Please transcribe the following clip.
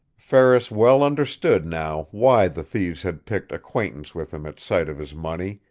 ferris well understood now why the thieves had picked acquaintance with him at sight of his money,